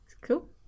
cool